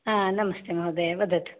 नमस्ते महोदय वदतु